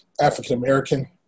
African-American